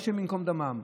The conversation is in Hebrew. ה' ייקום דמם,